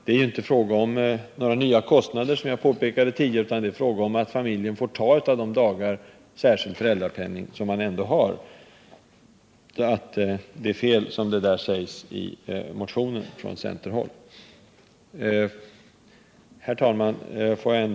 Det är ju inte fråga om några nya kostnader, som jag påpekade tidigare, utan om att familjen får ta av de dagar med särskild föräldrapenning som man ändå har rätt till. Det som sägs i motionen från centerhåll är alltså fel. Herr talman!